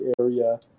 area